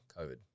COVID